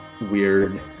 weird